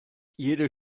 jede